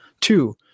Two